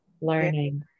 learning